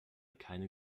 keine